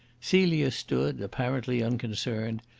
celia stood apparently unconcerned,